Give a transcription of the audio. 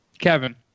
Kevin